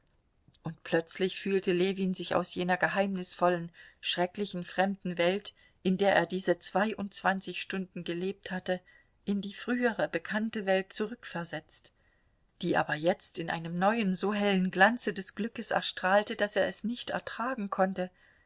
und plötzlich fühlte ljewin sich aus jener geheimnisvollen schrecklichen fremden welt in der er diese zweiundzwanzig stunden gelebt hatte in die frühere bekannte welt zurückversetzt die aber jetzt in einem neuen so hellen glanze des glückes erstrahlte daß er es nicht ertragen konnte